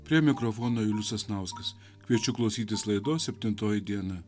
prie mikrofono julius sasnauskas kviečiu klausytis laidos septintoji diena